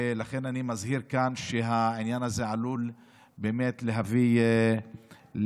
אני מזהיר כאן שהעניין הזה עלול באמת להביא לפיצוץ,